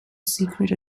secret